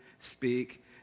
speak